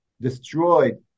destroyed